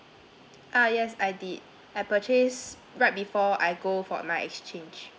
ah yes I did I purchased right before I go for my exchange